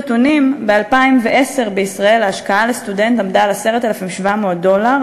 נתונים: ב-2010 בישראל ההשקעה לסטודנט עמדה על 10,700 דולר,